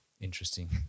interesting